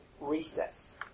recess